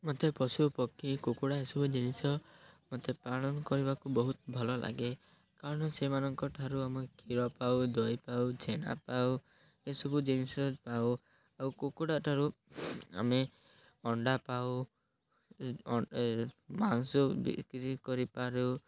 ମୋତେ ପଶୁପକ୍ଷୀ କୁକୁଡ଼ା ଏସବୁ ଜିନିଷ ମୋତେ ପାଳନ କରିବାକୁ ବହୁତ ଭଲ ଲାଗେ କାରଣ ସେମାନଙ୍କ ଠାରୁ ଆମେ କ୍ଷୀର ପାଉ ଦହି ପାଉ ଛେନା ପାଉ ଏସବୁ ଜିନିଷ ପାଉ ଆଉ କୁକୁଡ଼ା ଠାରୁ ଆମେ ଅଣ୍ଡା ପାଉ ମାଂସ ବିକ୍ରି କରିପାରୁ